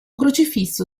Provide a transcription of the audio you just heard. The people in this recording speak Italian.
crocifisso